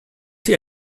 see